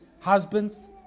Husbands